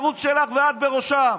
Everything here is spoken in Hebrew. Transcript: הערוץ שלך ואת בראשו.